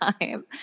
time